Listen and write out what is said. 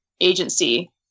agency